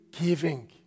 giving